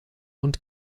und